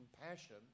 compassion